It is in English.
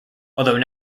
although